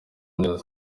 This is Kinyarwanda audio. neza